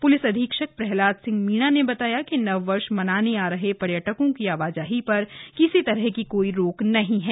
police अधीक्षक प्रह्लाद सिंह मीणा ने बताया कि नववर्ष मनाने आ रहे पर्यटकों की आवाजाही पर किसी तरह की कोई रोक नहीं है